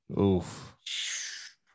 Oof